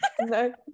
no